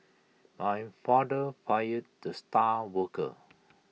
my father fired the star worker